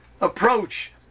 approach